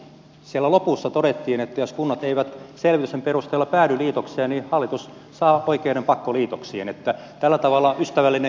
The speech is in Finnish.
siellä lopussa todettiin että jos kunnat eivät selvityksen perusteella päädy liitokseen niin hallitus saa oikeuden pakkoliitoksiin tällä tavalla ystävällinen konsultaatio